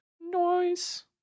Noise